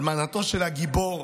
אלמנתו של הגיבור